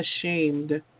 ashamed